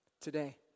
Today